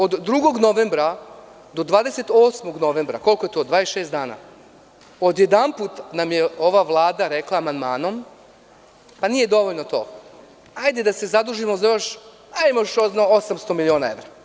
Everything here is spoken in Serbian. Od 2. novembra do 28. novembra, koliko je to dana, dvadeset i šest dana, odjedanput nam je ova Vlada rekla amandmanom – nije dovoljno to, hajde da se zadužimo za još, još osamsto miliona evra.